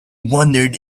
wondered